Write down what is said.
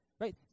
right